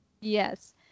Yes